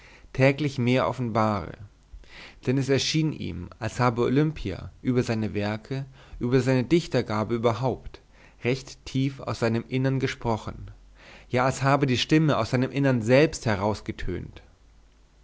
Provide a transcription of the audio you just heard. täglich mehr offenbare denn es schien ihm als habe olimpia über seine werke über seine dichtergabe überhaupt recht tief aus seinem innern gesprochen ja als habe die stimme aus seinem innern selbst